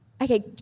Okay